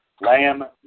lamb